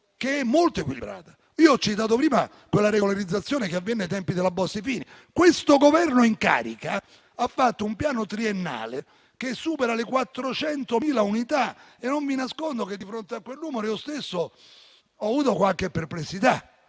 molto equilibrata. Ho citato prima quella regolarizzazione che avvenne ai tempi della legge Bossi Fini. Il Governo in carica ha fatto un piano triennale che supera le 400.000 unità e non vi nascondo che, di fronte a quel numero, io stesso ho avuto qualche perplessità.